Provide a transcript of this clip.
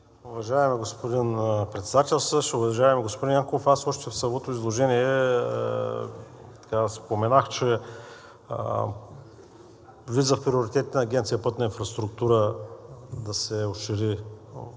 Уважаеми господин Председател, уважаеми господин Янков! Още в самото изложение аз споменах, че влиза в приоритетите на Агенция „Пътна инфраструктура“ да се ошири